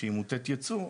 שהיא מוטת יצוא,